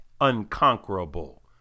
unconquerable